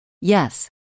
yes